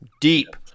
deep